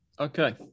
Okay